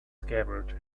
scabbard